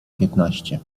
piętnaście